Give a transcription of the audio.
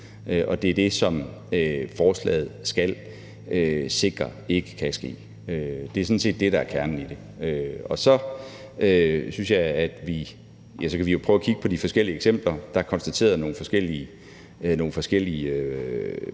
og det er det, som forslaget skal sikre ikke kan ske. Det er sådan set det, der er kernen i det. Så synes jeg, at vi kan prøve at kigge på de forskellige eksempler. Der er konstateret nogle forskellige